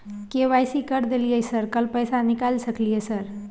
KYC कर दलियै sir कल पैसा निकाल सकलियै सर?